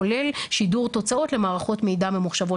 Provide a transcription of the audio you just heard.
כולל שידור תוצאות למערכות מידע ממוחשבות